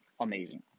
amazing